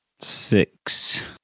Six